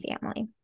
family